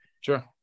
sure